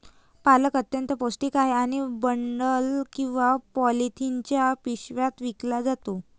पालक अत्यंत पौष्टिक आहे आणि बंडल किंवा पॉलिथिनच्या पिशव्यात विकला जातो